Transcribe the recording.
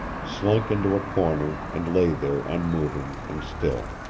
slunk into a corner and lay there unmoving and still.